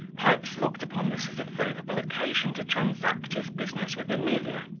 pipes looked upon this as a favourable occasion to transact his business with emilia,